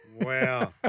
Wow